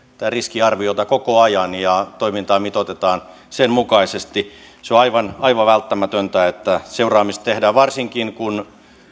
riskiarviota koko ajan ja toimintaa mitoitetaan sen mukaisesti on aivan välttämätöntä että seuraamista tehdään varsinkin kun